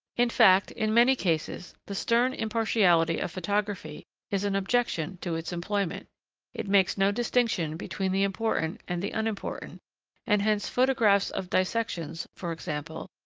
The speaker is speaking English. in fact, in many cases, the stern impartiality of photography is an objection to its employment it makes no distinction between the important and the unimportant and hence photographs of dissections, for example,